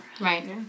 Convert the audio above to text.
Right